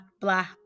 blah